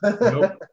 Nope